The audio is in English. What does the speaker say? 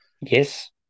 Yes